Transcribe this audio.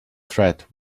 threat